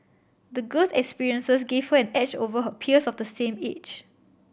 the girl's experiences give her an edge over her peers of the same age